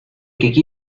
quiere